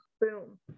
boom